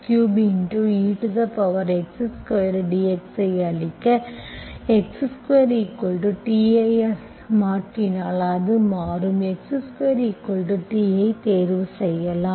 எனவே Zex2C 2 x3ex2dx ஐ அளிக்க x2t ஐ மாற்றினால் அது மாறும் x2t ஐ தேர்வு செய்யலாம்